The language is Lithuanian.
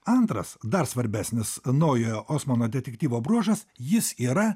antras dar svarbesnis naujojo osmano detektyvo bruožas jis yra